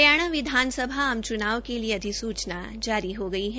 हरियाणा विधानसभा आम चुनाव के लिए अधिसूचना जारी हो गई है